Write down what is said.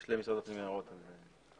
יש למשרד הפנים הערות על זה.